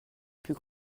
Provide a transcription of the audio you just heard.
plus